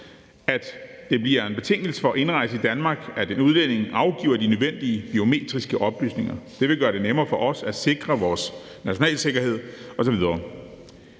at det bliver en betingelse for indrejse i Danmark, at en udlænding afgiver de nødvendige biometriske oplysninger. Det vil gøre det nemmere for os at sikre vores nationale sikkerhed osv.